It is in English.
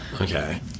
Okay